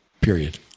Period